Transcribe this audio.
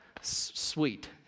sweet